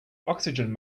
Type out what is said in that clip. oxygen